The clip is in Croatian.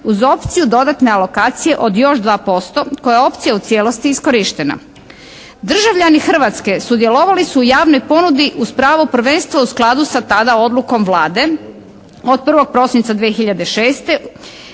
uz opciju dodatne alokacije od još 2% koja je opcija u cijelosti iskorištena. Državljani Hrvatske sudjelovali su u javnoj ponudi uz pravo prvenstva u skladu sa tada odlukom Vlade od 1. prosinca 2006.